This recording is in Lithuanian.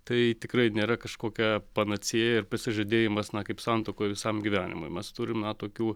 tai tikrai nėra kažkokia panacėja ir pasižadėjimas na kaip santuokoj visam gyvenimui mes turime tokių